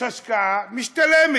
יש השקעה משתלמת,